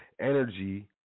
energy